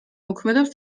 მოქმედებს